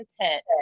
content